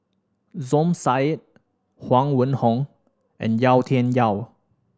Som Said Huang Wenhong and Yau Tian Yau